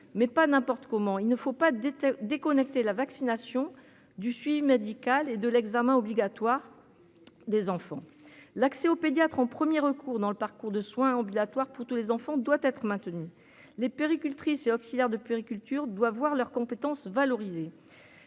mais pas n'importe comment, il ne faut pas d'déconnecté la vaccination du suivi médical et de l'examen obligatoire des enfants, l'accès au pédiatre en 1er recours dans le parcours de soins ambulatoires pour tous les enfants doit être maintenu, les puéricultrices et auxiliaires de puériculture doivent voir leurs compétences valoriser